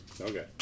Okay